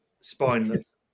Spineless